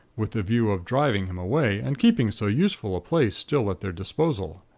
with the view of driving him away, and keeping so useful a place still at their disposal.